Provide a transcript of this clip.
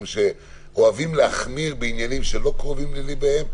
ערים שאוהבים להחמיר בעניינים שלא קרובים ללבם.